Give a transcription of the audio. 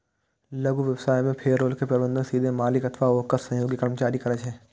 लघु व्यवसाय मे पेरोल के प्रबंधन सीधे मालिक अथवा ओकर सहयोगी कर्मचारी करै छै